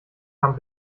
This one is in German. kam